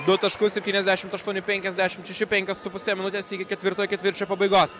du taškus setyniasdešimt aštuoni penkiasdešimt šeši penkios su puse minutės iki ketvirtojo ketvirčio pabaigos